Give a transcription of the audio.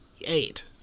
Eight